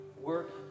work